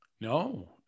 No